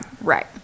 Right